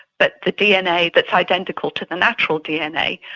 but the dna that's identical to the natural dna,